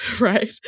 right